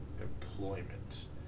employment